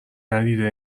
ندیده